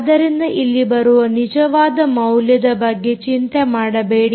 ಆದ್ದರಿಂದ ಇಲ್ಲಿ ಬರುವ ನಿಜವಾದ ಮೌಲ್ಯದ ಬಗ್ಗೆ ಚಿಂತೆ ಮಾಡಬೇಡಿ